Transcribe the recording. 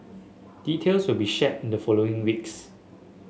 details will be shared in the following weeks